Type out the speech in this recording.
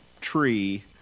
tree